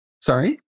Sorry